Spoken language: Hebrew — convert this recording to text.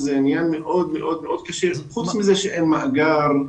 זה עניין מאוד מאוד קשה, וזה חוץ מזה שאין מאגר.